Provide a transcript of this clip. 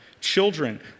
Children